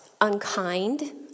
unkind